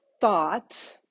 thought